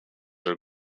are